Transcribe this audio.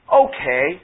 okay